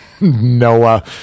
Noah